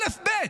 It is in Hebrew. אלף-בית.